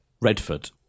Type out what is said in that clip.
Redford